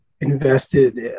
invested